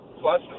plus